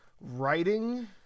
writing